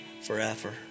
forever